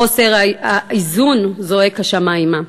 חוסר האיזון זועק השמימה.